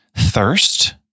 Thirst